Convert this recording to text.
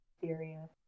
serious